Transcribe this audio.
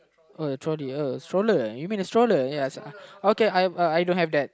oh the trolley uh the stroller eh you mean the stroller ya okay I I don't have that